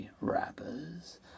rappers